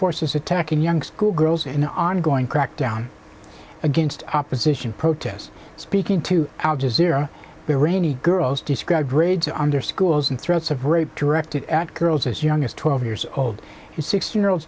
forces attacking young schoolgirls in an ongoing crackdown against opposition protests speaking to al jazeera the rainy girls described bridge under schools and threats of rape directed at girls as young as twelve years old and six year old